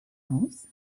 house